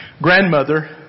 grandmother